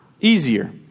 easier